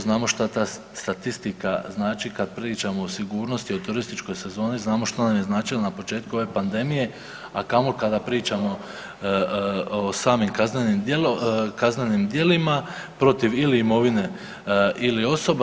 Znamo šta ta statistika znači kada pričamo o sigurnosti o turističkoj sezoni, znamo što nam je značila na početku ove pandemije, a kamoli kada pričamo o samim kaznenim djelima protiv ili imovine ili osoba.